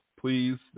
Please